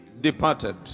departed